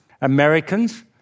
Americans